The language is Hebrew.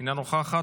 אינה נוכחת.